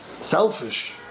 selfish